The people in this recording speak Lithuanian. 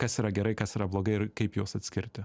kas yra gerai kas yra blogai ir kaip juos atskirti